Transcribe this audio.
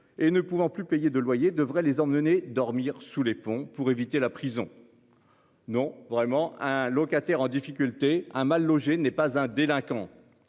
et ne pouvant plus payer de loyer devrait les emmener dormir sous les ponts pour éviter la prison. Non vraiment un locataire en difficulté un mal logés n'est pas un délinquant.